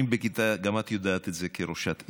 גם את יודעת את זה כראשת עיר,